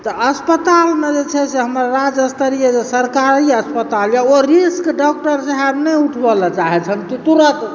तऽ अस्पतालमे जे छै से हमर राजस्तरीय जे सरकारी अस्पताल यऽ ओ रिस्क डाॅक्टर साहब नहि उठबयलऽ चाहय छथि कि तुरत्त